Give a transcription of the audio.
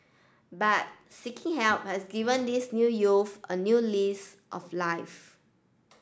but seeking help has given these new youths a new lease of life